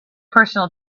personal